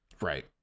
right